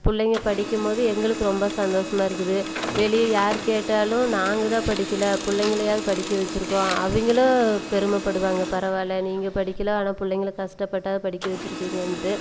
பிள்ளைங்க படிக்கும் போது எங்களுக்கு ரொம்ப சந்தோஷமா இருக்குது வெளியே யார் கேட்டாலும் நாங்கள் தான் படிக்கல பிள்ளைங்களையாது படிக்க வெச்சுருக்கோம் அவங்களும் பெருமைப்படுவாங்க பரவாயில்ல நீங்கள் படிக்கல ஆனால் பிள்ளைங்கள கஷ்டப்பட்டாவது படிக்க வெச்சுருக்கீங்கன்ட்டு